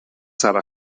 sarà